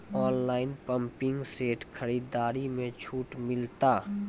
Online pumping set खरीदारी मे छूट मिलता?